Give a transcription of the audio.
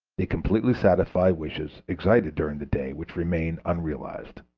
they completely satisfy wishes excited during the day which remain unrealized.